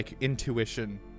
intuition